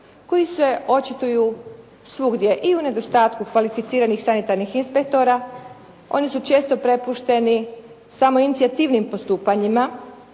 koji se očituju svugdje i u nedostatku kvalificiranih sanitarnih inspektora, oni su često prepušteni samoinicijativnim postupanjima,